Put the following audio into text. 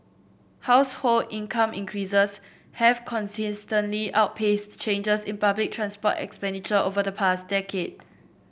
household income increases have consistently outpaced changes in public transport expenditure over the past decade